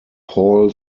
paul